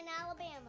Alabama